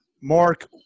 mark